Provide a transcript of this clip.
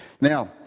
Now